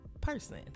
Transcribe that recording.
person